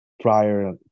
prior